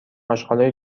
آشغالای